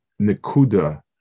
Nekuda